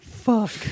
Fuck